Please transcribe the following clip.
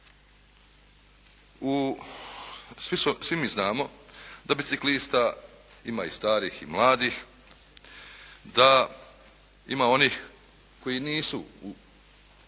Svi mi znamo da biciklista ima i starih i mladih, da ima onih koji nisu u